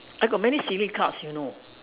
I got many silly cards you know